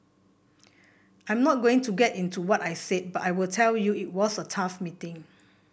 I'm not going to get into what I said but I will tell you it was a tough meeting